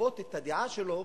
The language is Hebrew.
לכפות את הדעה שלו